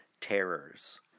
terrors